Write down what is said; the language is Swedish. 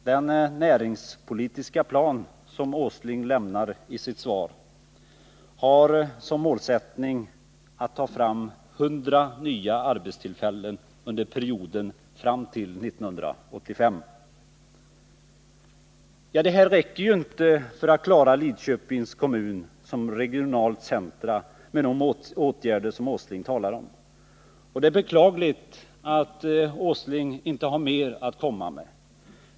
Den näringspolitiska plan som Nils Åsling talar om i sitt svar har som målsättning att ta fram 100 nya arbetstillfällen under perioden fram till 1985. De åtgärder som Nils Åsling talar om räcker inte för att klara Lidköpings kommun som regionalt centrum. Det är beklagligt att han inte har mer att komma med.